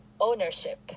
ownership